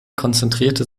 konzentrierte